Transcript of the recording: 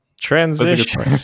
Transition